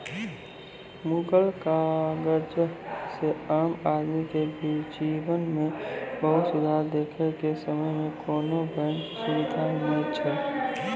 मुगल काजह से आम आदमी के जिवन मे बहुत सुधार देखे के समय मे कोनो बेंक सुबिधा नै छैले